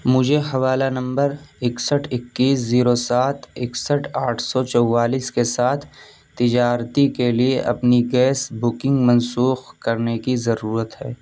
مجھے حوالہ نمبر اکسٹھ اکیس زیرو سات اکسٹھ آٹھ سو چوالیس کے ساتھ تجارتی کے لیے اپنی گیس بکنگ منسوخ کرنے کی ضرورت ہے